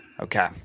Okay